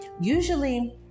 usually